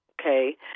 okay